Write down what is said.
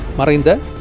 Marinda